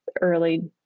early